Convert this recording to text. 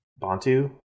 Bantu